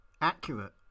accurate